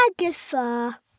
Agatha